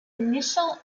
initial